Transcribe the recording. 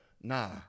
Nah